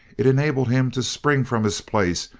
it enabled him to spring from his place,